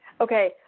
okay